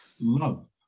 love